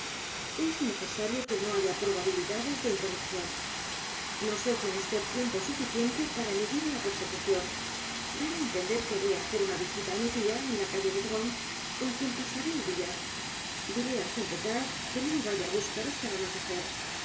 s necesario que no haya probabilidades de interrupción nos es menester tiempo suficiente p a r a eludir la persecución daré á entender que voy á hacer una visita á mi tía en la calle de drómes con quien pasaré el día diré á st eustache que no me vaya á buscar hasta el